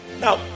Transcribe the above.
Now